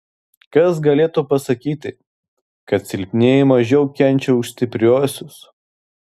kas galėtų pasakyti kad silpnieji mažiau kenčia už stipriuosius